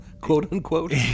quote-unquote